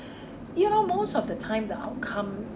you know most of the time the outcome